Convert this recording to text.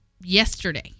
yesterday